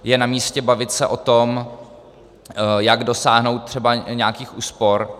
Je namístě bavit se o tom, jak dosáhnout třeba nějakých úspor.